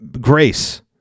Grace